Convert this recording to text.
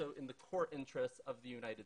שיגנו באופן אמיתי על קורבנות של הפרות זכויות אדם.